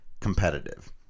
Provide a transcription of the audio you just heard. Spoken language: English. competitive